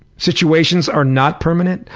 situations are not permanent.